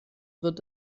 wird